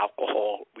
alcohol